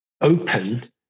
open